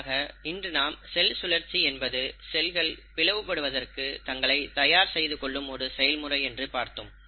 ஆக இன்று நாம் செல் சுழற்சி என்பது செல்கள் பிளவுபடுவதற்கு தங்களை தயார் செய்து கொள்ளும் ஒரு செயல்முறை என்று பார்த்தோம்